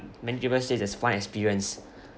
many people say it's a fun experience